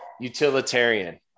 utilitarian